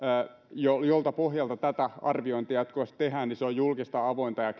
jolta pohjalta tätä arviointia jatkuvasti tehdään on julkista avointa ja ja